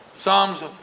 Psalms